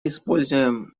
используем